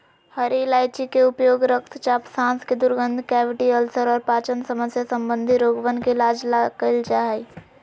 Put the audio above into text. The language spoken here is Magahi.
हरी इलायची के उपयोग रक्तचाप, सांस के दुर्गंध, कैविटी, अल्सर और पाचन समस्या संबंधी रोगवन के इलाज ला कइल जा हई